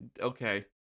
okay